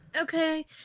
okay